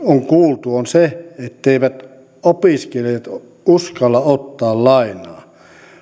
kuultu on se etteivät opiskelijat uskalla ottaa lainaa